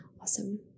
Awesome